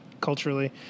culturally